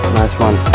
nice one!